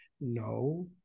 no